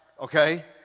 okay